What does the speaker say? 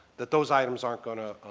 that those items aren't going to